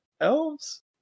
elves